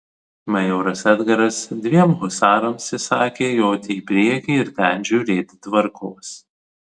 majoras edgaras dviem husarams įsakė joti į priekį ir ten žiūrėti tvarkos